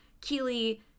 Keely